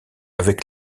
avec